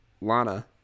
Lana